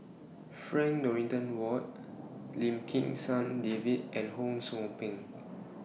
Frank Dorrington Ward Lim Kim San David and Ho SOU Ping